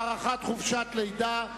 הארכת חופשת לידה),